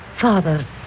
father